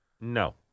No